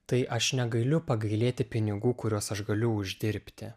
tai aš negailiu pagailėti pinigų kuriuos aš galiu uždirbti